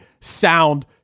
sound